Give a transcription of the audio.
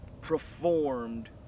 performed